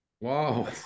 Wow